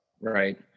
Right